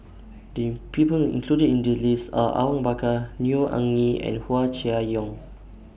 The People included in The list Are Awang Bakar Neo Anngee and Hua Chai Yong